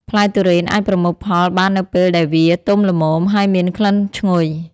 ផ្លែទុរេនអាចប្រមូលផលបាននៅពេលដែលវា ទុំល្មម ហើយមានក្លិនឈ្ងុយ។